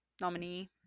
nominee